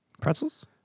Pretzels